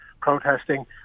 protesting